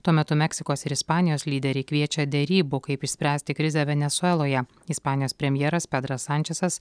tuo metu meksikos ir ispanijos lyderiai kviečia derybų kaip išspręsti krizę venesueloje ispanijos premjeras pedras sančesas